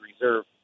reserve